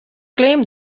claim